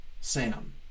Sam